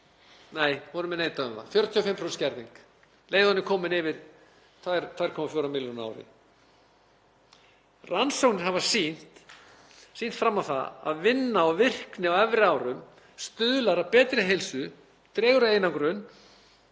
Nei, honum er neitað um það, 45% skerðing um leið og hann er kominn yfir 2,4 milljónir á ári. Rannsóknir hafa sýnt fram á að vinna og virkni á efri árum stuðlar að betri heilsu, dregur úr einangrun